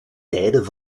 tijden